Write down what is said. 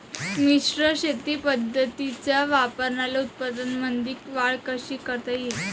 मिश्र शेती पद्धतीच्या वापराने उत्पन्नामंदी वाढ कशी करता येईन?